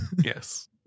Yes